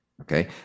Okay